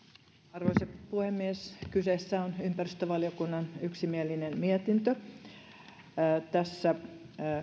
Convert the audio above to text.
arvoisa puhemies kyseessä on ympäristövaliokunnan yksimielinen mietintö tässä